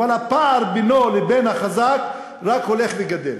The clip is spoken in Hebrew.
הפער בינו לבין החזק רק הולך וגדל.